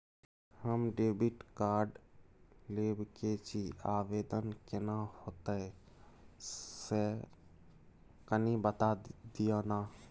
हम debit card लेब के छि, आवेदन केना होतै से कनी बता दिय न?